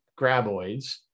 graboids